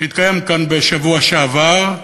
שהתקיימה כאן בשבוע שעבר.